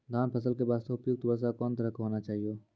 धान फसल के बास्ते उपयुक्त वर्षा कोन तरह के होना चाहियो?